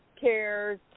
Care